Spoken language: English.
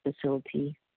facility